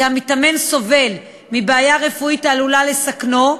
המתאמן סובל מבעיה רפואית העלולה לסכנו,